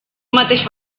mateix